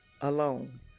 alone